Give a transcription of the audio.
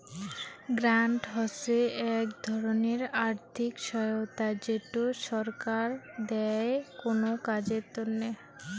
grant হসে এক ধরণের আর্থিক সহায়তা যেটো ছরকার দেয় কোনো কাজের তন্নে